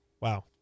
Wow